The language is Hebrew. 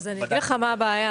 עכשיו את מקריאה את הרשימה,